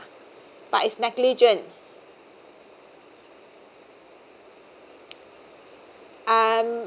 but it's negligent um